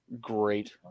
Great